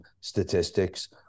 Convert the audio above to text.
statistics